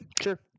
Sure